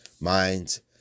minds